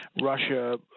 Russia